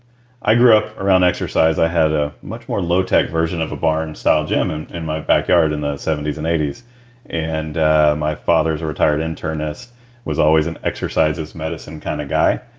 i grew up around exercise. i had a much more low-tech version of a barn-style gym in my backyard in the seventy s and eighty s and my father's retired internes was always an exercise is medicine kind of guy.